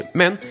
men